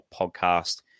podcast